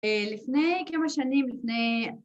לפני כמה שנים, לפני...